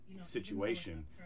situation